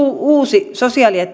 uusi sosiaali ja